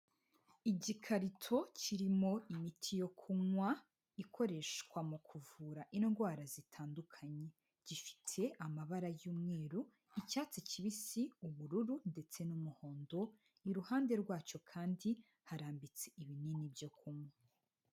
Igikarito kirimo imiti yo kunywa ikoreshwa mu kuvura indwara zitandukanye, gifite amabara y'umweru, icyatsi kibisi, ubururu ndetse n'umuhondo, iruhande rwacyo kandi harambitse ibinini byo kunywa.